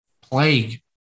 plague